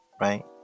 Right